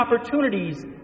opportunities